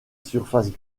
surface